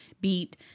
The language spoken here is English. beat